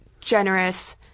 generous